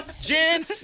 Jen